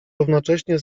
równocześnie